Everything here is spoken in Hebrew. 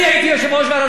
אתה היית שר האוצר,